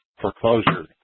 foreclosure